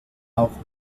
auch